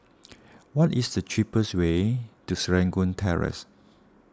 what is the cheapest way to Serangoon Terrace